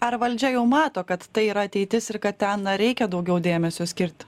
ar valdžia jau mato kad tai yra ateitis ir kad ten reikia daugiau dėmesio skirti